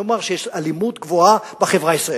נאמר שיש אלימות גבוהה בחברה הישראלית,